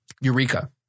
Eureka